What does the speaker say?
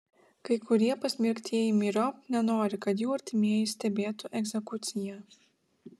kai kurie pasmerktieji myriop nenori kad jų artimieji stebėtų egzekuciją